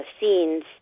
scenes